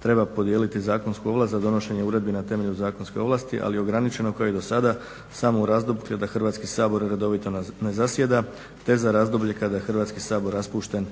treba podijeliti zakonsku ovlast za donošenje uredbi na temelju zakonske ovlasti, ali ograničeno kao i dosada samo u razdoblju kada Hrvatski sabor redovito ne zasjeda te za razdoblje kada je Hrvatski sabor raspušten